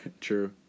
True